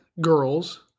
girls